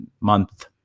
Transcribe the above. month